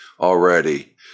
already